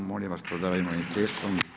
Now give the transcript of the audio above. Molim vas pozdravimo ih pljeskom.